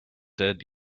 dead